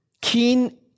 keen